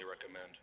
recommend